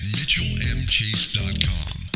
MitchellMChase.com